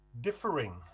differing